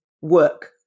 work